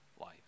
life